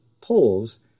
poles